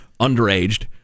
underaged